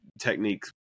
techniques